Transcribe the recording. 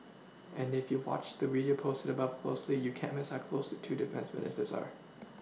and if you watch the video posted above closely you can't Miss how close two defence Ministers are